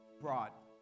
brought